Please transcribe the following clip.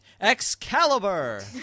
Excalibur